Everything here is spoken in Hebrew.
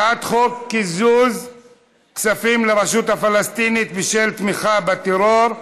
הצעת חוק קיזוז כספים לרשות הפלסטינית בשל תמיכתה בטרור,